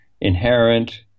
inherent